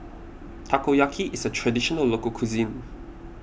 Takoyaki is a Traditional Local Cuisine